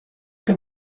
can